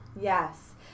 Yes